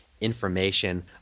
information